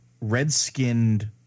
red-skinned